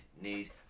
need